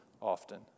often